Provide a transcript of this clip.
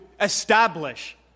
establish